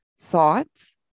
thoughts